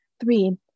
Three